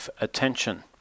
Attention